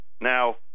Now